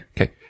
Okay